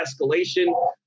escalation